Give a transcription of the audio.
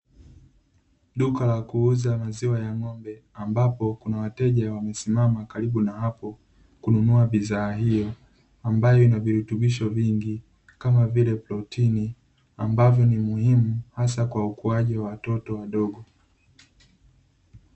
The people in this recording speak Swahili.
Duka la kuuza maziwa ya ng'ombe, ambapo kuna wateja wamesimama karibu na hapo kununua bidhaa hiyo, ambayo ina virutubisho vingi, kama vile protini, ambavyo ni muhimu hasa kwa ukuaji wa watoto wadogo.